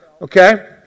Okay